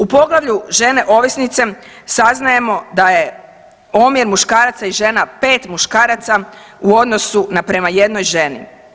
U poglavlju žene ovisnice saznajemo da je omjer muškaraca i žena 5 muškaraca u odnosu na prema 1 ženi.